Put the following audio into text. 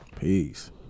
Peace